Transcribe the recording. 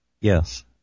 Yes